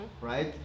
right